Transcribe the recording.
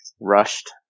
rushed